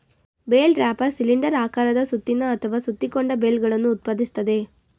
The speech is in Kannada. ಬೇಲ್ ರಾಪರ್ ಸಿಲಿಂಡರ್ ಆಕಾರದ ಸುತ್ತಿನ ಅಥವಾ ಸುತ್ತಿಕೊಂಡ ಬೇಲ್ಗಳನ್ನು ಉತ್ಪಾದಿಸ್ತದೆ